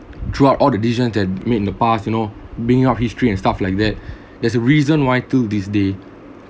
throughout all the decisions that are made in the past you know being out history and stuff like that there's a reason why to this day